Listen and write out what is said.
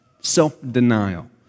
self-denial